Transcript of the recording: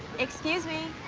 excuse me.